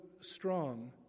strong